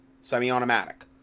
semi-automatic